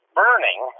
burning